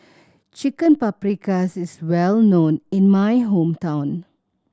Chicken Paprikas is well known in my hometown